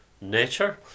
nature